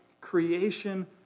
creation